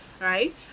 right